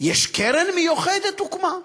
יש קרן מיוחדת שהוקמה.